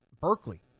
Berkeley